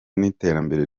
n’iterambere